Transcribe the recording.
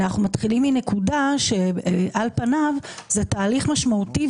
אלא מנקודה שבה זהו תהליך משמעותי,